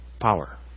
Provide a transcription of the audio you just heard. power